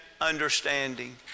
understanding